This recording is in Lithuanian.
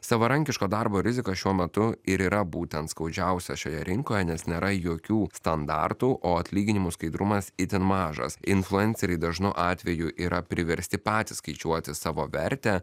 savarankiško darbo rizika šiuo metu ir yra būtent skaudžiausia šioje rinkoje nes nėra jokių standartų o atlyginimų skaidrumas itin mažas influenceriai dažnu atveju yra priversti patys skaičiuoti savo vertę